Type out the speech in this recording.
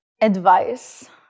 advice